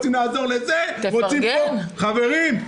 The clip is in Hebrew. חברים,